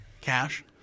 cash